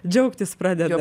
džiaugtis pradeda